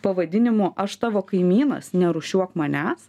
pavadinimu aš tavo kaimynas nerūšiuok manęs